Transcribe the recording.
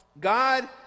God